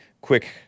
quick